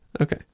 Okay